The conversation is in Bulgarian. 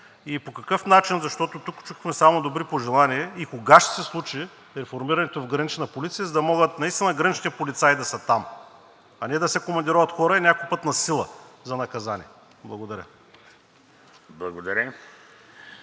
и по какъв начин, защото тук чухме само добри пожелания? Кога ще се случи реформирането в Гранична полиция, за да могат наистина граничните полицаи да са там, а не да се командироват хора и някой път насила за наказание? Благодаря.